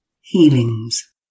healings